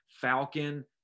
Falcon